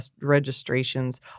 registrations